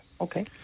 okay